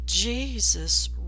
Jesus